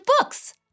books